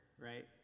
right